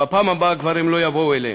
בפעם הבאה כבר הם לא יבואו אליהם,